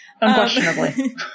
Unquestionably